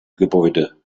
gebäude